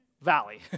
Valley